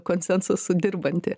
konsensusu dirbantį